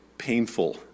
Painful